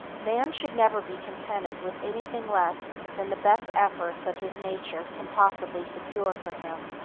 man should never be contented with anything less than the best efforts of his nature can possibly secure for him.